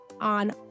on